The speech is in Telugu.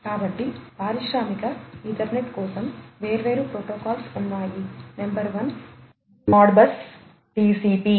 కాబట్టి పారిశ్రామిక ఈథర్నెట్ కోసం వేర్వేరు ప్రోటోకాల్స్ ఉన్నాయి నంబర్ వన్ మోడ్బస్ టిసిపి